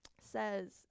says